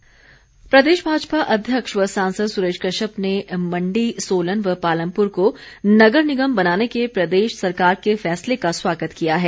सुरेश कश्यप प्रदेश भाजपा अध्यक्ष व सांसद सुरेश कश्यप ने मण्डी सोलन व पालमपुर को नगर निगम बनाने के प्रदेश सरकार के फैसले का स्वागत किया है